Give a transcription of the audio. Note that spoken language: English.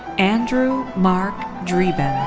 andrew marc driban.